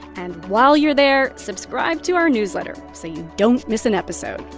and while you're there, subscribe to our newsletter so you don't miss an episode.